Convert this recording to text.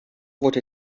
wordt